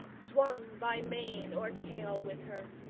swung by mane or tail with her.